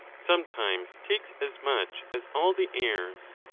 sometimes takes as much as all the heirs.